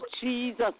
Jesus